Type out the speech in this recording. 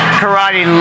karate